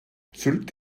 sylt